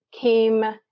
came